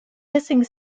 hissing